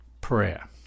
Prayer